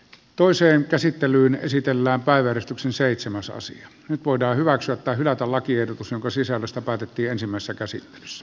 toiseen käsittelyyn esitellään päivystyksen seitsemäs nyt voidaan hyväksyä tai hylätä lakiehdotus jonka sisällöstä päätettiin ensimmäisessä käsittelyssä